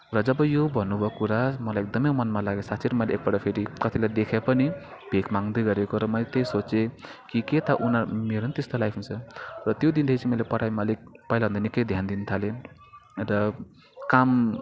र जब यो भन्नुभयो कुरा मलाई एकदमै मनमा लाग्यो साँच्चै र मैले एकपल्ट फेरि कतिलाई देखेँ पनि भिक माँग्दै गरेको र मैले त्यही सोचेँ कि के थाहा उनिहरू मेरो पनि त्यस्तै लाइफ हुन्छ र त्यो दिनदेखि चाहिँ मैले पढाइमा अलिक पहिलाभन्दा निकै ध्यान दिन थालेँ र काम